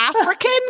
african